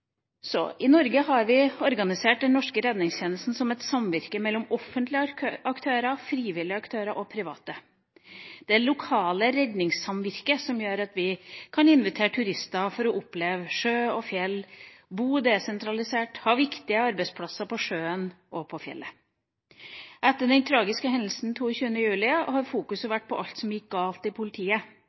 I Norge har vi organisert den norske redningstjenesten som et samvirke mellom offentlige aktører, frivillige aktører og private. Det er det lokale redningssamvirket som gjør at vi kan invitere turister for å oppleve sjø og fjell, bo desentralisert, og ha viktige arbeidsplasser på sjøen og på fjellet. Etter den tragiske hendelsen 22. juli har man fokusert på alt som gikk galt i politiet.